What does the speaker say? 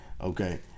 Okay